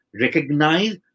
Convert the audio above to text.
recognize